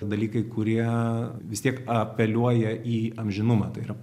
dalykai kurie vis tiek apeliuoja į amžinumą tai yra